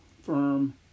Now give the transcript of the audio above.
Firm